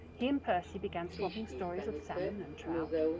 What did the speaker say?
he and percy began swapping stories of salmon and trout,